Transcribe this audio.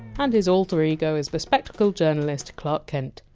and his alter ego as bespectacled journalist clark kent.